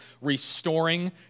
restoring